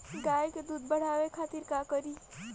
गाय के दूध बढ़ावे खातिर का करी?